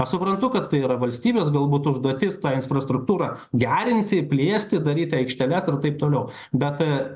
aš suprantu kad tai yra valstybės galbūt užduotis tą infrastruktūrą gerinti plėsti daryti aikšteles ir taip toliau bet